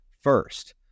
first